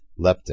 Leptin